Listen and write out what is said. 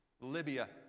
Libya